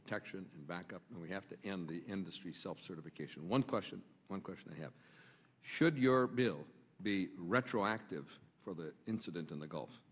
protection backup and we have to in the industry self certification one question one question i have should your bill be retroactive for the incident in the gulf